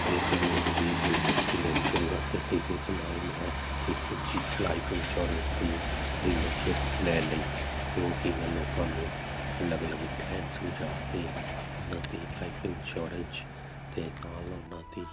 ਬੀਮੇ ਦੇ ਦਿਲਚਸਪੀ ਲੈਣੀ ਸ਼ੁਰੂ ਕਰ ਦਿੱਤੀ ਜਿਸ ਨਾਲ ਮੈਂ ਇੱਕ ਚੀ ਲਾਈਫ ਇੰਸ਼ੋਰੈਂਸ ਦੀ ਡਿਲਰਸ਼ਿਪ ਲੈ ਲਈ ਜੋ ਕਿ ਮੈਂ ਲੋਕਾਂ ਨੂੰ ਅਲੱਗ ਅਲੱਗ ਪਲੈਨ ਸਮਝਾ ਕੇ ਉਹਨਾਂ ਦੀ ਲਾਈਫ ਇੰਸ਼ੋਰੈਂਸ ਦੇ ਨਾਲ ਉਹਨਾਂ ਦੀ